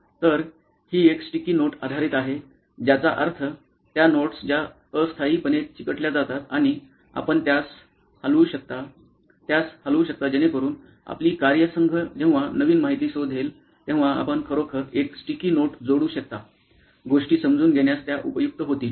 तर ही एक स्टिकी नोट आधारित आहे ज्याचा अर्थ त्या नोट्स ज्या अस्थायीपणे चिकटल्या जातात आणि आपण त्यास हलवू शकता त्यास हलवू शकता जेणेकरून आपली कार्यसंघ जेव्हा नवीन माहिती शोधेल तेव्हा आपण खरोखर एक स्टिकी नोट जोडू शकता गोष्टी समजून घेण्यास त्या उपयुक्त होतील